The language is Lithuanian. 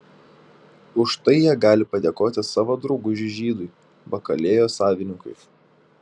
už tai jie gali padėkoti savo draugužiui žydui bakalėjos savininkui